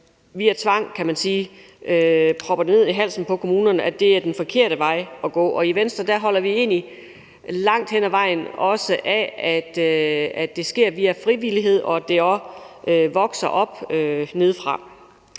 via tvang, kan man sige, propper det ned i halsen på kommunerne, tror jeg er den forkerte vej at gå, og i Venstre holder vi egentlig langt hen ad vejen af, at det sker via frivillighed, og at det også vokser op nedefra.